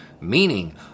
meaning